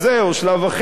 או שלב אחר.